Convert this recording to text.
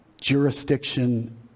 jurisdiction